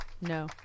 No